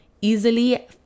easily